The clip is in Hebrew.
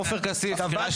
עופר כסיף, קריאה שלישית.